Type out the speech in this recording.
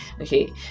okay